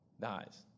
Dies